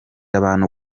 abantu